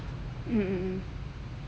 mm